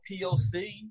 POC